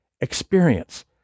experience